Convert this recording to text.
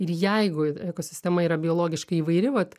ir jeigu ekosistema yra biologiškai įvairi vat